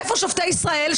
איפה שופטי ישראל,